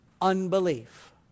unbelief